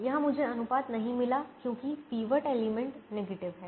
यहाँ मुझे अनुपात नहीं मिला क्योंकि पिवट एलिमेंट नेगेटिव है